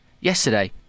yesterday